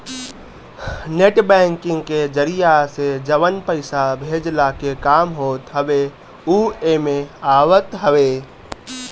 net banking के जरिया से जवन पईसा भेजला के काम होत हवे उ एमे आवत हवे